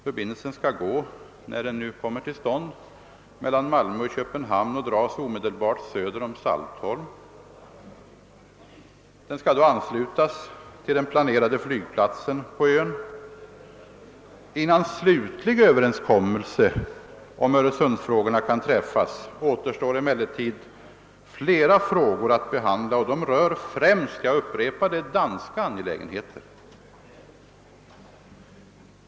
Förbindelsen skall gå — när den nu kommer till stånd — mellan Malmö och Köpenhamn och dras omedelbart söder om Saltholm. Den skall då anslutas till den planerade flygplatsen på ön. Innan slutlig överenskommelse om Öresundsfrågorna kan träffas återstår emellertid flera spörsmål att behandla, och de berör främst — jag upprepar detta — danska angelägenheter.